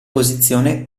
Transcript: posizione